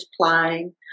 playing